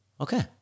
Okay